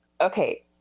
okay